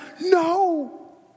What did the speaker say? No